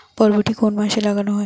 বরবটি কোন মাসে লাগানো হয়?